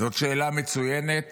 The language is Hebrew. זאת שאלה מצוינת